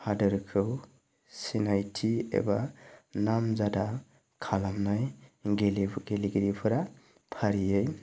हादरखौ सिनायथि एबा नामजादा खालामनाय गेलेगिरिफोरा फारियै